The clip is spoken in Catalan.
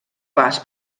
pas